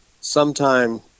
sometime